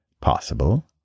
Possible